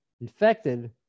infected